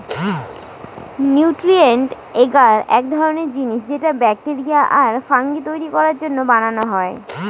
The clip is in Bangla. নিউট্রিয়েন্ট এগার এক ধরনের জিনিস যেটা ব্যাকটেরিয়া আর ফাঙ্গি তৈরী করার জন্য বানানো হয়